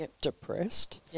depressed